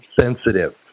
sensitive